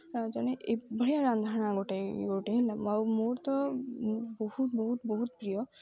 ତ ଜଣେ ଏଭଳିଆ ରାନ୍ଧଣା ଗୋଟିଏ ଏ ଗୋଟିଏ ହେଲା ଆଉ ମୋର ତ ବହୁତ ବହୁତ ବହୁତ ପ୍ରିୟ